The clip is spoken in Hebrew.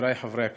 חברי חברי הכנסת,